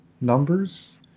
numbers